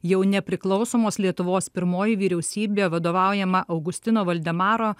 jau nepriklausomos lietuvos pirmoji vyriausybė vadovaujama augustino voldemaro